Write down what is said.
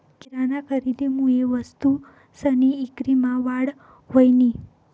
किराना खरेदीमुये वस्तूसनी ईक्रीमा वाढ व्हयनी